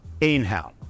Inhale